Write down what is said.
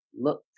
look